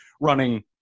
Running